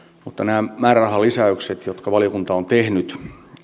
mutta nämä määrärahalisäykset jotka valiokunta on tehnyt